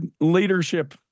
leadership